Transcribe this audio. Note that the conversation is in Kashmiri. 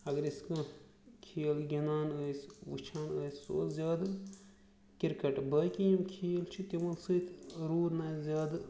اگر أسۍ کانٛہہ کھیل گِنٛدان ٲسۍ وٕچھان ٲسۍ سُہ اوس زیادٕ کِرکَٹ باقی یِم کھیل چھِ تِمَن سۭتۍ روٗد نہٕ اَسہِ زیادٕ